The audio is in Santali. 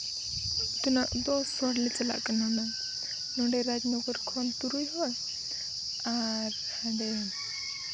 ᱛᱤᱱᱟᱹᱜ ᱫᱚᱥ ᱦᱚᱲᱞᱮ ᱪᱟᱞᱟᱜ ᱠᱟᱱᱟ ᱦᱩᱱᱟᱹᱝ ᱱᱚᱰᱮ ᱨᱟᱡᱽᱱᱚᱜᱚᱨ ᱠᱷᱚᱡ ᱛᱩᱨᱩᱭ ᱦᱚᱲ ᱟᱨ ᱦᱟᱸᱰᱮ